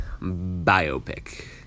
biopic